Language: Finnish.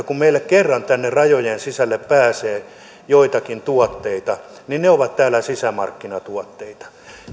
kun meille kerran tänne rajojen sisälle pääsee joitakin tuotteita niin ne ovat täällä sisämarkkinatuotteita